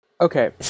Okay